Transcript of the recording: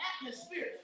atmosphere